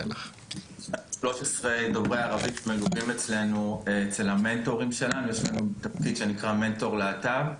13 דוברי ערבית מלווים אצלנו בתפקיד שנקרא מנטור להט״ב,